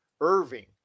irving